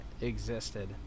existed